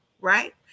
right